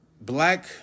black